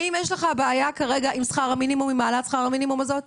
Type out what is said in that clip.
האם יש לך בעיה כרגע עם העלאת שכר המינימום הזאת?